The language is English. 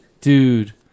dude